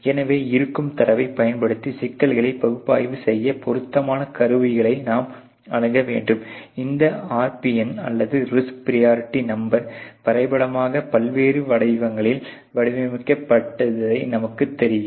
எனவே இருக்கும் தரவைப் பயன்படுத்தி சிக்கல்களை பகுப்பாய்வு செய்ய பொருத்தமான கருவிகளை நாம் அணுக வேண்டும் இந்த RPN அல்லது ரிஸ்க் பிரியரிட்டி நம்பர் வரைபடமாக்க பல்வேறு வடிவங்களில் வகைப்படுத்த நமக்கு தெரிய வேண்டும்